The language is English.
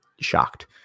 shocked